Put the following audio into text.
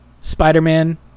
Spider-Man